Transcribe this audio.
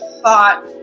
thought